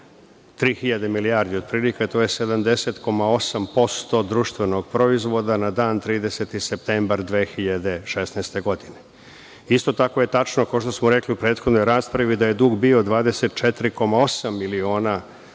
milijardi otprilike, a to je 70,8% društvenog proizvoda na dan 30. septembar 2016. godine. Isto tako je tačno, kao što smo rekli u prethodnoj raspravi, da je dug bio 24,8 miliona